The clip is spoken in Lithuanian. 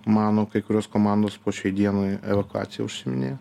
mano kai kurios komandos po šiai dienai evakuacija užsiiminėja